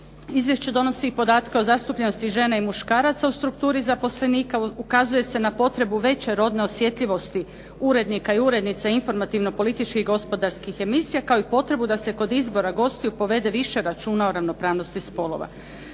Izvješće donosi i podatke o zastupljenosti žena i muškaraca u strukturi zaposlenika, ukazuje se na potrebu veće rodne osjetljivosti urednika i urednica informativno-političkih i gospodarskih emisija, kao i potrebu da se kod izbora gostiju povede više računa o ravnopravnosti spolova.